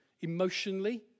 emotionally